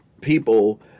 people